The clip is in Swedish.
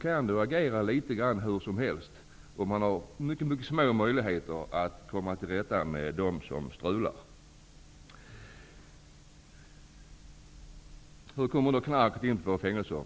kan man agera litet hur som helst. Det finns mycket små möjligheter att komma till rätta med dem som strular. Hur kommer knarket in på fängelserna?